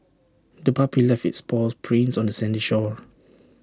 the puppy left its paw prints on the sandy shore